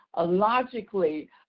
logically